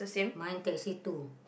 mine teh C too